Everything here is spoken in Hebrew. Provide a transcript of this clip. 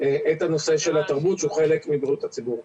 את הנושא של התרבות, שהוא חלק מבריאות הציבור.